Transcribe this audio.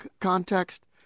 context